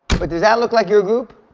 but does that look like your group?